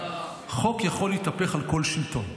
חוק יכול להתהפך על כל שלטון,